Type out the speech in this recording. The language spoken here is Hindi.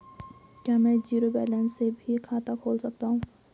क्या में जीरो बैलेंस से भी खाता खोल सकता हूँ?